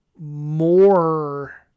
more